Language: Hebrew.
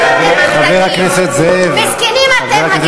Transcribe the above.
מסכנים אתם.